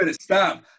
stop